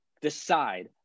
decide